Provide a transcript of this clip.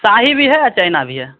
शाही भी है चाइना भी है